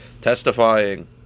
testifying